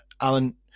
alan